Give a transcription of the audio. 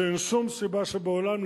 שאין שום סיבה שבעולם,